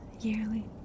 yearly